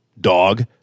dog